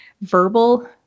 verbal